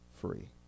free